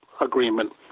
agreement